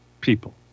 people